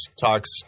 talks